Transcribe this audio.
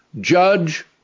Judge